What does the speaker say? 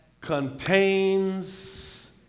contains